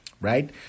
right